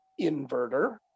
inverter